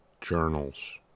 journals